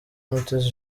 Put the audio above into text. mutesi